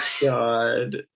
God